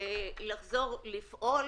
לחזור לפעול